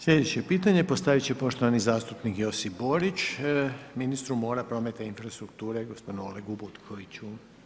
Sljedeće pitanje postavit će poštovani zastupnik Josip Borić, ministru mora prometa i infrastrukture, gospodinu Olegu Butkoviću.